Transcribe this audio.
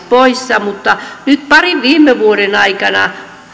poissa mutta nyt parin viime vuoden aikana